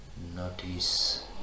Notice